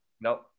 No